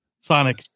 sonic